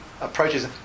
approaches